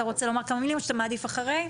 אתה רוצה לומר כמה מילים או שאתה מעדיף אחרי ההצבעה?